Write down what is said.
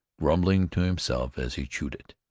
grumbling to himself as he chewed it,